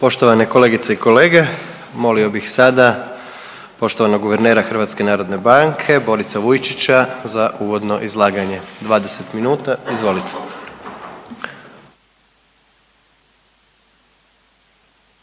Poštovane kolegice i kolege, molio bih sada poštovanog guvernera Hrvatske narodne banke Borisa Vujčića za uvodno izlaganje, 20 minuta, izvolite.